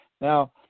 Now